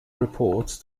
reports